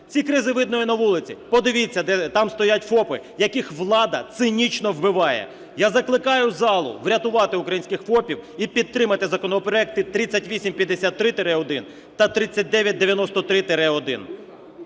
Ці кризи видно і на вулиці. Подивіться, там стоять ФОПи, яких влада цинічно вбиває. Я закликаю залу врятувати українських ФОПів і підтримати законопроекти 3853-1 та 3993-1.